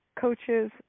coaches